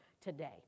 today